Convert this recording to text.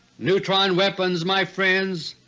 neutron weapons, my friends,